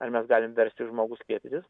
ar mes galim versti žmogų skiepytis